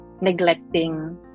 neglecting